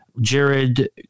jared